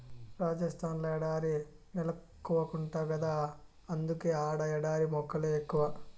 రాజస్థాన్ ల ఎడారి నేలెక్కువంట గదా అందుకే ఆడ ఎడారి మొక్కలే ఎక్కువ